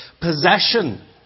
possession